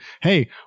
hey